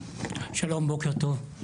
שלום, בוקר טוב.